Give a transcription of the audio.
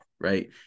right